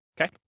okay